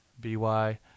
B-Y